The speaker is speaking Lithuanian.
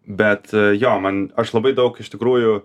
bet jo man aš labai daug iš tikrųjų